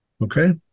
Okay